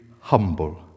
humble